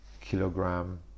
kilogram